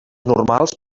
normals